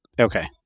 Okay